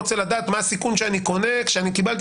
רוצה לדעת מה הסיכון שאני קונה כשקיבלתי